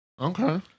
Okay